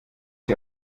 sie